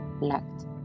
lacked